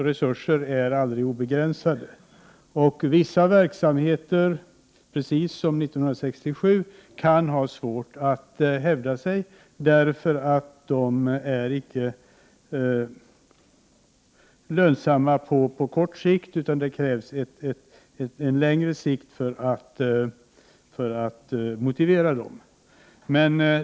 Resurserna är aldrig obegränsade, och vissa verksamheter kan, precis som 1967, ha svårt att hävda sig därför att de inte är lönsamma på kort sikt utan det krävs ett längre perspektiv för att motivera dem.